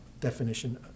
definition